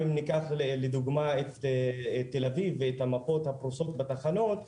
אם ניקח את תל אביב ואת המפות הפרוסות בתחנות,